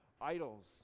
idols